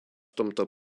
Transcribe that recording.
tomto